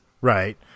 Right